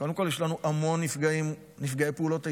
קודם כול יש לנו המון נפגעי פעולות איבה,